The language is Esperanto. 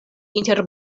inter